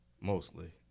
mostly